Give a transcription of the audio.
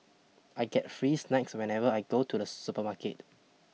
I get free snacks whenever I go to the supermarket